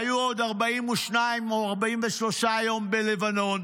והיו עוד 42 או 43 יום בלבנון.